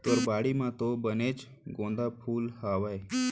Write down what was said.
तोर बाड़ी म तो बनेच गोंदा फूल हावय